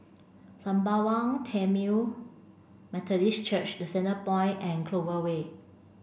Sembawang Tamil Methodist Church The Centrepoint and Clover Way